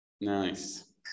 Nice